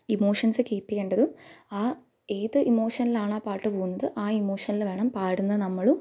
emotions keep ചെയ്യേണ്ടതും ആ ഏത് ഇമോഷനിലാണാ പാട്ട് പോകുന്നത് ആ ഇമോഷനിൽ വേണം പാടുന്ന നമ്മളും